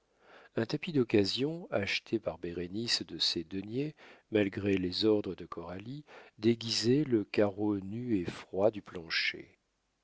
un tapis d'occasion acheté par bérénice de ses deniers malgré les ordres de coralie déguisait le carreau nu et froid du plancher